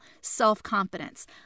self-confidence